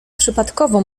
przypadkowo